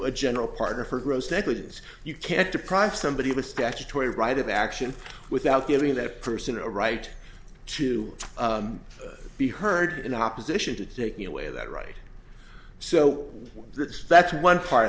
a general partner for gross negligence you can't deprive somebody with statutory right of action without giving that person a right to be heard in opposition to taking away that right so that's that's one part